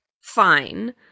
Fine